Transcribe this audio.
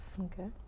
Okay